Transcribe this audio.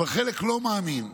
אבל חלק לא מאמין,